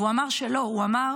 והוא אמר שלא, הוא אמר